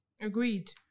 agreed